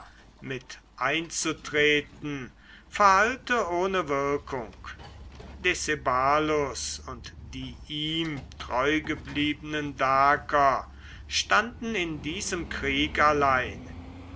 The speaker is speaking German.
mit einzutreten verhallte ohne wirkung decebalus und die ihm treugebliebenen daker standen in diesem krieg allein